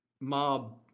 Mob